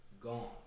gone